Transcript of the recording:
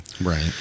Right